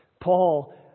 Paul